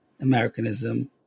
Americanism